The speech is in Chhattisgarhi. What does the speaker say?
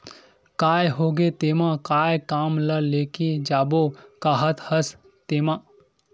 काय होगे तेमा काय काम ल लेके जाबो काहत हस तेंमा?